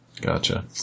Gotcha